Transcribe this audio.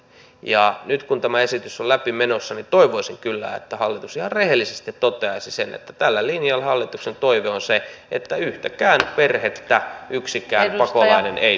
ja nyt kun tämä esitys on menossa läpi niin toivoisin kyllä että hallitus ihan rehellisesti toteaisi sen että tällä linjalla hallituksen toive on se että yhtäkään perhettä yksikään pakolainen ei suomeen saa